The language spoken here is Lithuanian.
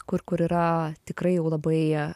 kur kur yra tikrai jau labai